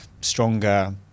stronger